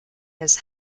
his